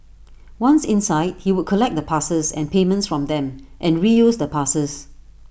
once inside he would collect the passes and payments from them and reuse the passes